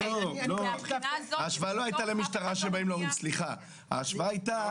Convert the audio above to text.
ההשוואה היתה,